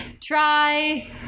Try